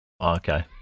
Okay